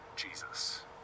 jesus